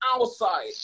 outside